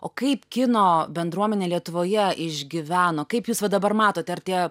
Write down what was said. o kaip kino bendruomenė lietuvoje išgyveno kaip jūs va dabar matote ar tie